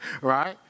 right